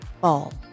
ball